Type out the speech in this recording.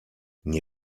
nie